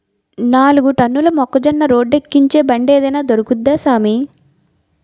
నాలుగు టన్నుల మొక్కజొన్న రోడ్డేక్కించే బండేదైన దొరుకుద్దా సామీ